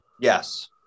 Yes